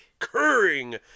occurring